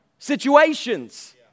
Situations